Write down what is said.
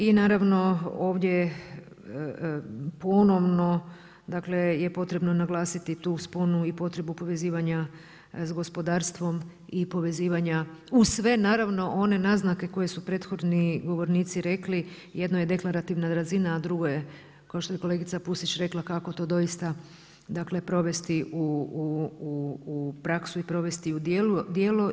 I naravno ovdje je ponovno dakle je potrebno naglasiti tu sponu i potrebu povezivanja s gospodarstvom i povezivanja uz sve naravno one naznake koje su prethodni govornici rekli, jedno je deklarativna razina a drugo je kao što je kolegica Pusić rekla kako to doista dakle provesti u praksu i provesti u djelo.